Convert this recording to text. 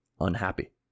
unhappy